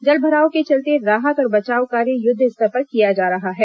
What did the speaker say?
जलभराव के चलते राहत और बचाव कार्य युद्ध स्तर पर किया जा रहा है